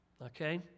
Okay